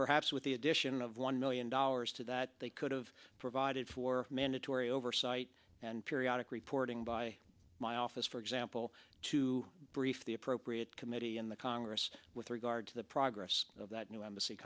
perhaps with the addition of one million dollars to that they could have provided for mandatory oversight and periodic reporting by my office for example to brief the appropriate committee in the congress with regard to the progress of that new embassy